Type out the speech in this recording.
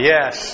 Yes